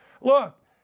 Look